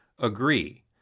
agree